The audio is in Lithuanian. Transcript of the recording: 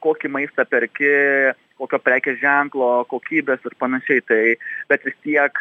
kokį maistą perki kokio prekės ženklo kokybės ir panašiai tai bet vis tiek